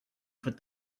put